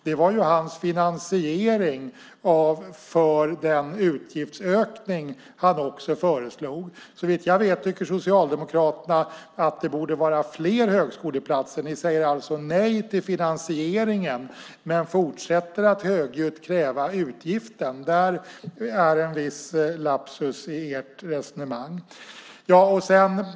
Det var ju hans finansiering av den utgiftsökning som han också föreslog. Såvitt jag vet tycker Socialdemokraterna att det borde vara fler högskoleplatser. Ni säger alltså nej till finansieringen men fortsätter att högljutt kräva utgiften. Det är en viss lapsus i ert resonemang.